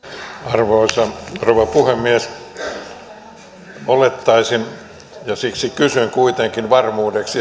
arvoisa rouva puhemies olettaisin että työministeri on ja siksi kysyn kuitenkin varmuudeksi